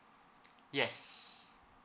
yes